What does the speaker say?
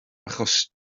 achos